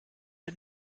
der